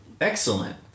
Excellent